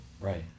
Right